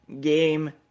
game